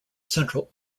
central